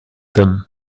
them